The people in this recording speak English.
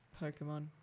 Pokemon